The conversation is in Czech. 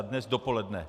Dnes dopoledne.